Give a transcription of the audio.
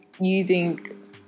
using